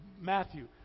Matthew